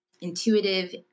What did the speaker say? intuitive